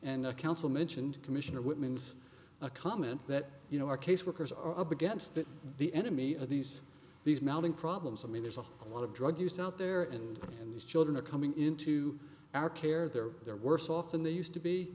the council mentioned commissioner whitman's a comment that you know our caseworkers are up against that the enemy of these these mounting problems i mean there's a lot of drug use out there and these children are coming into our care they're they're worse off than they used to be